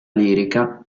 lirica